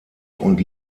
und